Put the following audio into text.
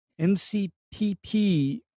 MCPP